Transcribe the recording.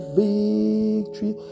victory